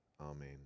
amen